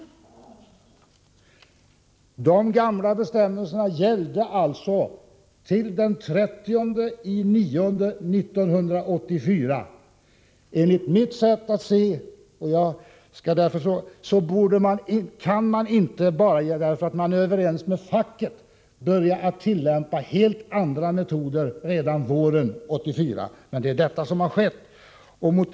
De gamla bestämmelserna gällde alltså till den 30 september 1984. Enligt mitt sätt att se kan posten inte, bara därför att man är överens med facket, börja att tillämpa helt andra metoder redan våren 1984.